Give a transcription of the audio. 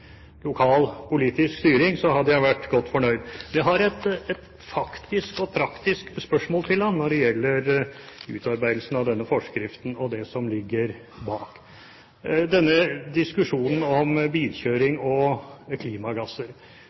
lokal politisk styring, hadde jeg vært godt fornøyd. Jeg har et faktisk og praktisk spørsmål til ham når det gjelder utarbeidelsen av denne forskriften, og det som ligger bak denne diskusjonen om bilkjøring og klimagasser: